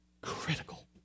Critical